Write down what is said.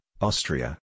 Austria